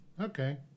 Okay